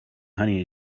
honey